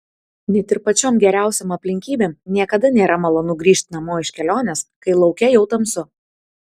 net ir pačiom geriausiom aplinkybėm niekada nėra malonu grįžt namo iš kelionės kai lauke jau tamsu